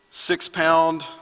six-pound